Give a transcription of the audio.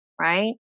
right